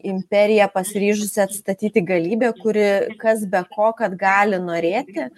imperija pasiryžusi atstatyti galybę kuri kas be ko kad gali norėti